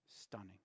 stunning